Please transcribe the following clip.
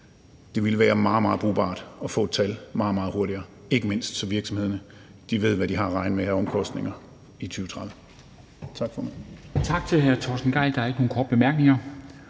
det ville være meget, meget brugbart at få et tal meget, meget hurtigere, ikke mindst så virksomhederne ved, hvad de har at regne med af omkostninger i 2030. Tak, formand.